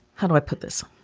how do i put this